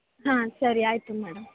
ಹಾಂ ಸರಿ ಆಯಿತು ಮೇಡಮ್